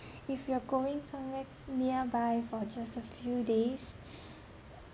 if you're going somewhere nearby for just a few days